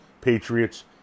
Patriots